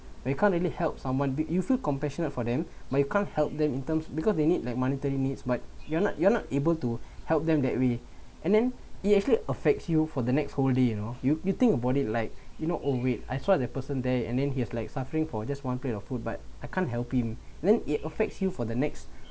you can't really help someone you feel compassion for them but you can't help them in terms because they need like monetary needs but you're not you're not able to help them that way and then it actually affects you for the next whole day you know you you think about it like you know oh wait I saw the person there and then he has like suffering for just one plate of food but I can't help him then it affects you for the next